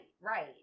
right